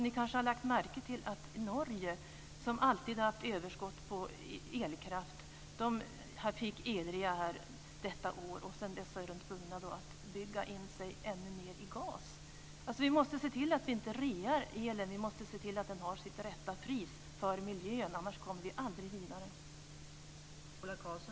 Ni kanske har lagt märke till att Norge, som alltid har haft överskott på elkraft, fick elrea detta år. Sedan dess är de tvungna att bygga in sig ännu mer i gas. Vi måste se till att vi inte rear elen. Vi måste se till att den har sitt rätta pris för miljön, annars kommer vi aldrig vidare.